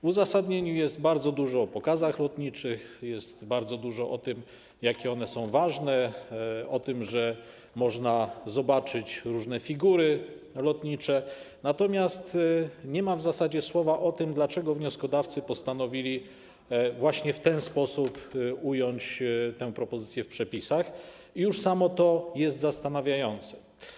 W uzasadnieniu jest bardzo dużo o pokazach lotniczych, o tym, jakie są ważne, o tym, że można zobaczyć różne figury lotnicze, natomiast w zasadzie nie ma tam ani słowa o tym, dlaczego wnioskodawcy postanowili właśnie w ten sposób ująć tę propozycję w przepisach i już samo to jest zastanawiające.